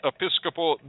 Episcopal